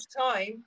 time